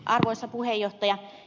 arvoisa puhemies